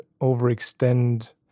overextend